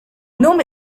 nome